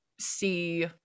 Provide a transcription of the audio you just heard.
see